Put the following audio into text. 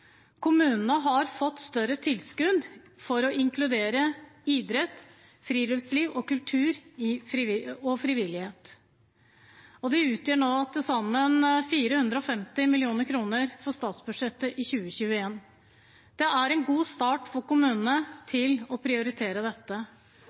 Kommunene har fått større tilskudd for å inkludere idrett, friluftsliv, kultur og frivillighet. De utgjør nå til sammen 450 mill. kr. i statsbudsjettet for 2021. Det er en god start for kommunene